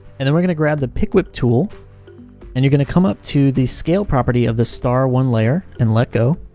and then we're going to grab the pick whip tool and you're going to come up to the scale property of the star one layer and let go.